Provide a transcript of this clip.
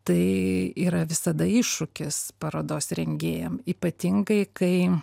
tai yra visada iššūkis parodos rengėjam ypatingai kai